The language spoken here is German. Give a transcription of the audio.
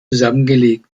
zusammengelegt